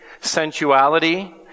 sensuality